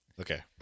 Okay